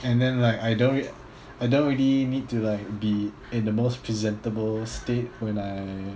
and then like I don't I don't really need to like be in the most presentable state when I